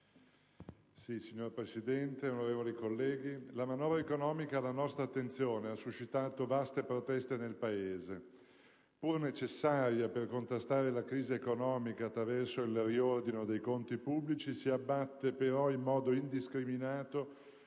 Signora Presidente, onorevoli colleghi, la manovra economica alla nostra attenzione ha suscitato vaste proteste nel Paese. Seppur necessaria per contrastare la crisi economica attraverso il riordino dei conti pubblici, si abbatte però in modo indiscriminato